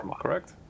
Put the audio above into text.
correct